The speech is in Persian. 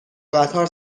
قطار